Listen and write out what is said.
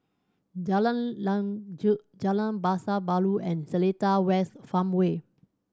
Jalan Lanjut Jalan Pasar Baru and Seletar West Farmway